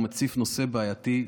הוא מציף נושא בעייתי,